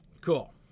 cool